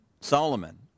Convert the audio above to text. Solomon